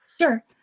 Sure